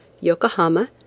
Yokohama